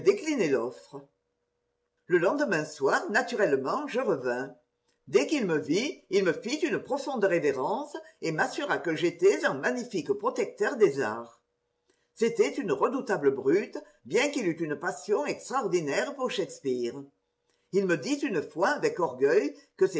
déclinai l'offre le lendemain soir naturellement je revins dès qu'il me vit il me fit une profonde révérence et m'assura que j'étais un magnifique protecteur des arts c'était une redoutable brute bien qu'il eût une passion extraordinaire pour shakespeare il me dit une fois avec orgueil que